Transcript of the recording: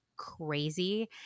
crazy